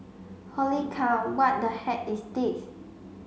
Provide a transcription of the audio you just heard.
holy cow what the heck is this